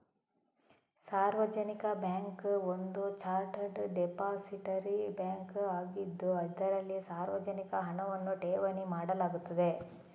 ಸಾರ್ವಜನಿಕ ಬ್ಯಾಂಕ್ ಒಂದು chartered depository bank ಆಗಿದ್ದು, ಇದರಲ್ಲಿ ಸಾರ್ವಜನಿಕ ಹಣವನ್ನು ಠೇವಣಿ ಮಾಡಲಾಗುತ್ತದೆ